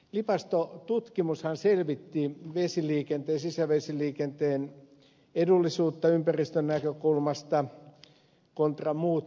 lipasto tutkimushan selvitti sisävesiliikenteen edullisuutta ympäristön näkökulmasta kontra muut kuljetusmuodot